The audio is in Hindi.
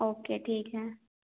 ओके ठीक है